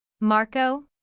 Marco